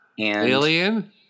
Alien